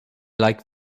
like